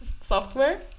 software